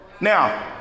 Now